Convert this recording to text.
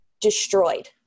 destroyed